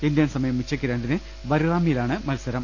Indian സമയം ഉച്ചക്ക് രണ്ടിന് ബറിറാമിലാണ് മത്സരം